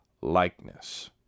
likeness